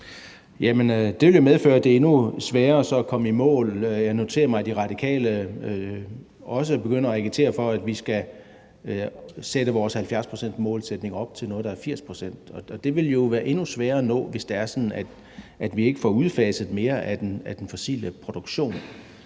det vil jo medføre, at det så bliver endnu sværere at komme i mål. Jeg noterer mig, at De Radikale også er begyndt at agitere for, vi skal sætte vores 70-procentsmålsætning op til noget, der er 80 pct., og det vil jo være endnu sværere at nå, hvis det er sådan, at vi ikke får udfaset mere af den fossile produktion.